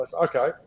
okay